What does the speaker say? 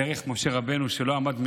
דרך משה רבנו, שלא עמד מנגד,